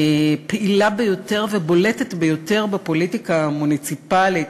פעילה ביותר ובולטת ביותר בפוליטיקה המוניציפלית,